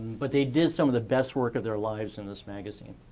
but they did some of the best work of their lives in this magazine.